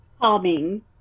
Calming